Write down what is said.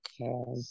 okay